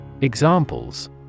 Examples